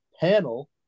panel